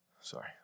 Sorry